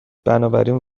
بنابراین